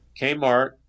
Kmart